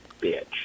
bitch